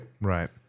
Right